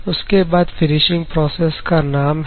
उसके बाद finishing process का नाम है